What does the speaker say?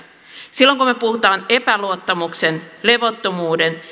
silloin kun me puhumme epäluottamuksen levottomuuden